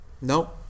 No